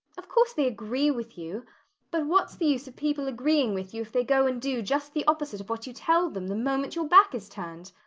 of course they agree with you but what's the use of people agreeing with you if they go and do just the opposite of what you tell them the moment your back is turned?